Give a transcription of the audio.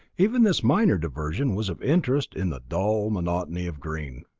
even this minor diversion was of interest in the dull monotony of green.